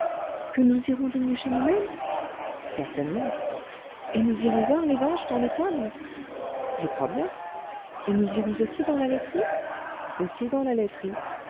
que nous irons dénicher nous-mêmes certainement et nous irons voir les vaches dans l'étable je crois bien et nous irons aussi dans la laiterie aussi dans la laiterie